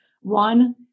One